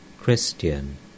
Christian